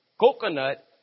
coconut